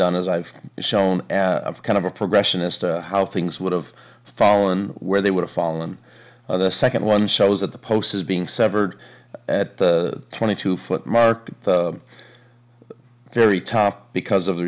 done is i've shown after kind of a progression as to how things would have fallen where they would have fallen on the second one so i was at the post as being severed at the twenty two foot mark very top because of the